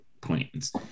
plans